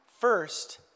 first